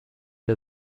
der